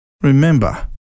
remember